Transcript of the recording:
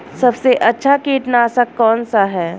सबसे अच्छा कीटनाशक कौन सा है?